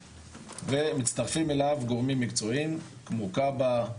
ומצטרפים אליו גורמים מקצועיים כמו כב"ה,